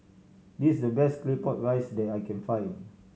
this is the best Claypot Rice that I can find